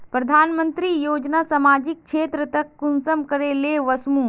प्रधानमंत्री योजना सामाजिक क्षेत्र तक कुंसम करे ले वसुम?